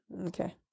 Okay